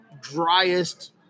driest